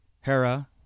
Hera